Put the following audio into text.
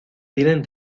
tienen